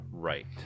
Right